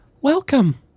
Welcome